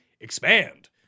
expand